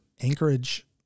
anchorage